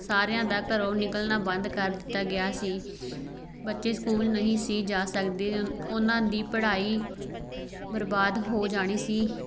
ਸਾਰਿਆਂ ਦਾ ਘਰੋਂ ਨਿਕਲਣਾ ਬੰਦ ਕਰ ਦਿੱਤਾ ਗਿਆ ਸੀ ਬੱਚੇ ਸਕੂਲ ਨਹੀਂ ਸੀ ਜਾ ਸਕਦੇ ਅਨ ਉਹਨਾਂ ਦੀ ਪੜ੍ਹਾਈ ਬਰਬਾਦ ਹੋ ਜਾਣੀ ਸੀ